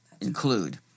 include